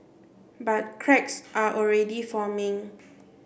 but cracks are already forming